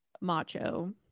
macho